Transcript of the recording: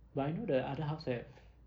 but I know the other house have